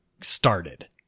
started